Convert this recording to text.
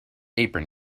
apron